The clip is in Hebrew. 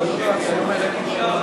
מיליון שקל.